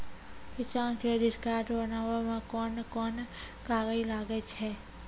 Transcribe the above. किसान credit card बनाबै मे कोन कोन कागज लागै छै?